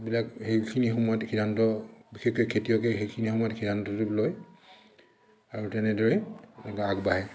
এইবিলাক সেইখিনি সময়ত সিদ্ধান্ত বিশেষকে খেতিয়কে সেইখিনি সময়ত সিদ্ধান্তটো লয় আৰু তেনেদৰে আগবাঢ়ে